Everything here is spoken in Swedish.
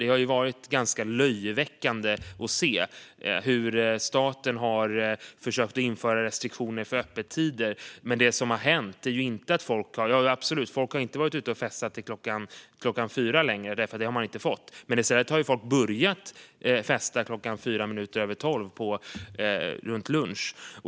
Det har ju varit en ganska löjeväckande syn när staten försökt införa restriktioner för öppettider. Absolut, folk har inte varit ute och festat till klockan fyra längre, för det har man inte fått. Men i stället har folk börjat festa klockan fyra minuter över tolv, runt lunch.